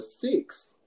six